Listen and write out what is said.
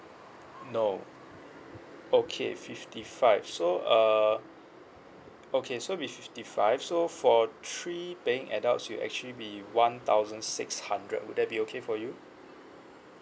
no okay fifty five so uh okay so it will be fifty five so for three paying adults it'll actually be one thousand six hundred would that be okay for you